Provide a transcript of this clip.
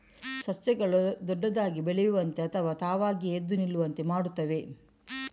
ಸಸ್ಯಗಳು ದೊಡ್ಡದಾಗಿ ಬೆಳೆಯುವಂತೆ ಅಥವಾ ತಾವಾಗಿಯೇ ಎದ್ದು ನಿಲ್ಲುವಂತೆ ಮಾಡುತ್ತವೆ